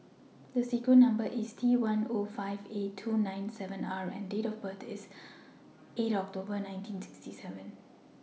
The Number sequence IS T one O five eight two nine seven R and Date of birth IS eight October nineteen sixty seven